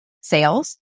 sales